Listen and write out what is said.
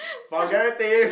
forget this